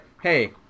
hey